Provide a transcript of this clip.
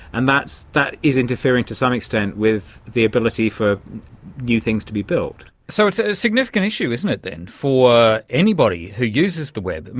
and that is interfering to some extent with the ability for new things to be built. so it's a significant issue, isn't it then, for anybody who uses the web.